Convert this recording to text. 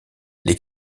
les